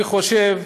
אני חושב